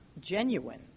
genuine